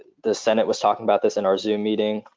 the senate was talking about this in our zoom meeting,